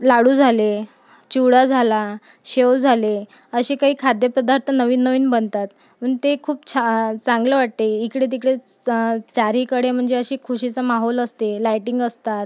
लाडू झाले चिवडा झाला शेव झाले अशी काही खाद्यपदार्थ नवीननवीन बनतात पण ते खूप छा चांगलं वाटते इकडेतिकडे च चारीकडे म्हणजे अशी खुशीचा माहोल असते लाइटिंग असतात